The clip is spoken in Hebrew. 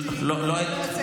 בזה אתה לא תוכל להאשים אותי.